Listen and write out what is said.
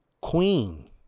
Queen